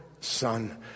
Son